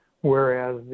whereas